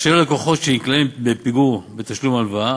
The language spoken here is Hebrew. אשר ללקוחות שנקלעים לפיגור בתשלום ההלוואה,